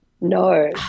No